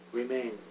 remain